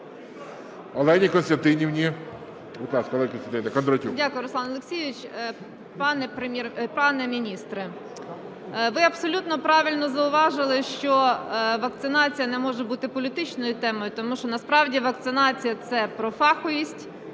Олена Костянтинівна. 10:52:38 КОНДРАТЮК О.К. Дякую, Руслан Олексійович. Пане міністре, ви абсолютно правильно зауважили, що вакцинація не може бути політичною темою, тому що насправді вакцинація – це про фаховість,